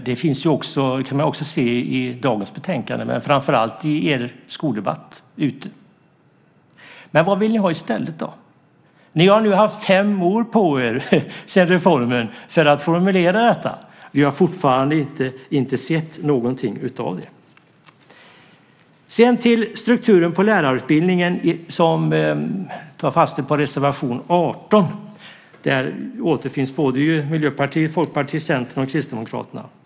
Det kan man se i dagens betänkande men framför allt i er skoldebatt. Men vad vill ni ha i stället? Ni har nu haft fem år på er sedan reformen infördes för att formulera detta. Vi har fortfarande inte sett någonting av det. Sedan till strukturen på lärarutbildningen som tas upp i reservation 18 som Moderaterna, Folkpartiet, Centern och Kristdemokraterna står bakom.